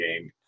game